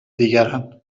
دیگران